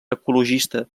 ecologista